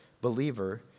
believer